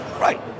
Right